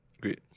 Great